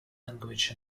language